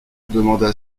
demanda